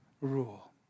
rule